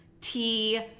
tea